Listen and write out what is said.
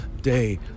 day